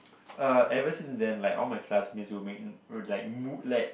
uh ever since then like all my classmates will make will like m~ like